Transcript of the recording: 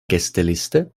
gästeliste